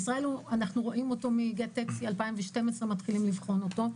בישראל אנחנו רואים אותו מגט טקסי 2012 ומתחילים לבחון אותו.